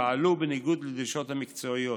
שפעלו בניגוד לדרישות המקצועיות.